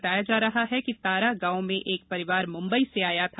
बताया जा रहा है कि तारा गांव में एक परिवार मुम्बई से आया था